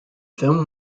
film